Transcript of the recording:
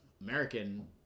American